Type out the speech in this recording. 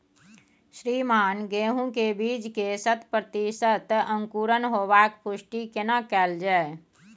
श्रीमान गेहूं के बीज के शत प्रतिसत अंकुरण होबाक पुष्टि केना कैल जाय?